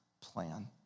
plan